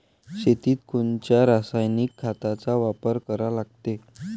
शेतीत कोनच्या रासायनिक खताचा वापर करा लागते?